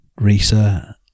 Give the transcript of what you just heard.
Risa